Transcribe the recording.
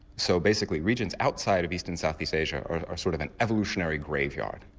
so basically regions outside of east and south east asia are are sort of an evolutionary graveyard.